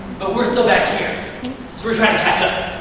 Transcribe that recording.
but we're still back here. so we're trying to catch up.